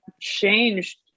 changed